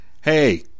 hey